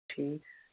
ٹھیٖک